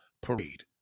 parade